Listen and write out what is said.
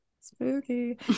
spooky